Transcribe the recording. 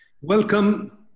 Welcome